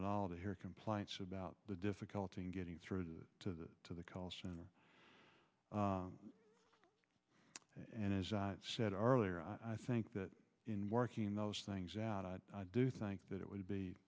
at all to hear complaints about the difficulty in getting through to the to the call center and as i said earlier i think that in working those things out i do think that it would be